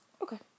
Okay